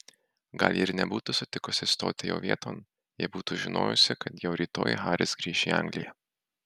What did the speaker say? gal ji ir nebūtų sutikusi stoti jo vieton jei būtų žinojusi kad jau rytoj haris grįš į angliją